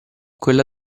quella